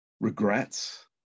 Regrets